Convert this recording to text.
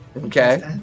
Okay